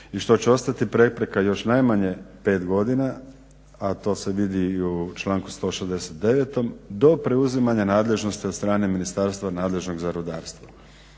i što će ostati prepreka još najmanje 5 godina, a to se vidi i u članku 169. do preuzimanja nadležnosti od strane ministarstva nadležnog za rudarstvo.